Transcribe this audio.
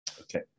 Okay